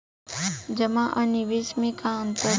जमा आ निवेश में का अंतर ह?